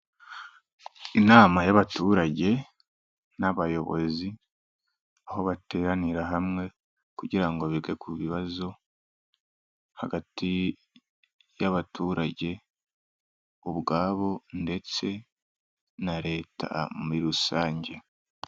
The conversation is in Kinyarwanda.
Inama y'abaturage n'abayobozi, aho bateranira hamwe kugira ngo bige ku bibazo hagati y'abaturage ubwabo ndetse na leta muri rusange.